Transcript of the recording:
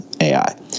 AI